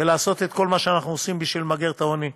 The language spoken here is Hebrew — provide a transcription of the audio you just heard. ולעשות את כל מה שאנחנו עושים בשביל למגר את העוני.